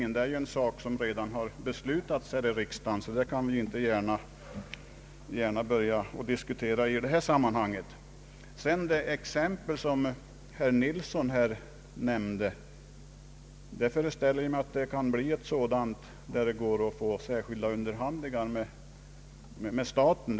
Men det är ju en sak som redan beslutats här i riksdagen, och det finns därför ingen anledning för oss att diskutera den i detta sammanhang. Jag föreställer mig att det när det gäller det exempel som herr Nilsson anför särskilda underhandlingar kan tas med staten.